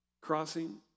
Crossing